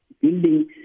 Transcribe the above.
building